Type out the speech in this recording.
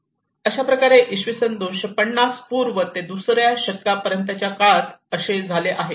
अशाप्रकारे इसवी सन 250 पूर्व ते दुसऱ्या शतकापर्यंत च्या काळात असे झाले आहे